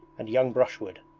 and young brushwood.